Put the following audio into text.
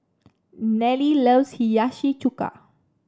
Nelle loves Hiyashi Chuka